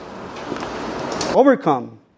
Overcome